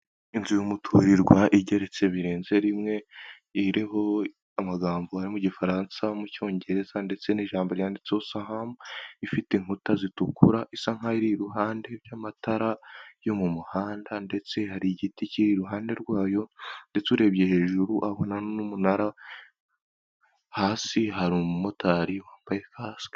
Inzu y'umuturirwa igeretse birenze rimwe, iriho amagambo ari mu Gifaransa, mu Cyongereza ndetse n'ijambo ryanditseho SAHAM, ifite inkuta zitukura isa nk'aho iri iruhande y'amatara yo mu muhanda ndetse hari igiti kiri iruhande rwayo ndetse urebye hejuru urabona n'umunara, hasi hari umumotari wambaye kasike.